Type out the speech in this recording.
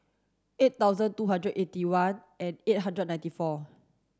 eight thousand two hundred eighty one eight eight hundred ninety four